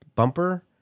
Bumper